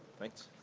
thanks